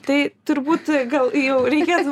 tai turbūt gal jau reikėtų